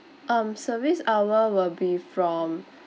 um service hour will be from